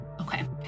Okay